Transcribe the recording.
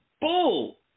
Bull